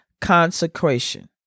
consecration